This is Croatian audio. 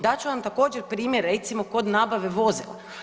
Dat ću vam također primjer recimo kod nabave vozila.